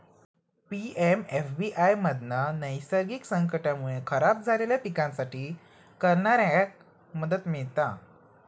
PMFBY मधना नैसर्गिक संकटांमुळे खराब झालेल्या पिकांसाठी करणाऱ्याक मदत मिळता